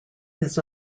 his